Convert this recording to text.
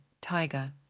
tiger